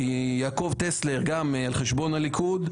יעקב טסלר על חשבון הליכוד,